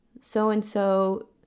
so-and-so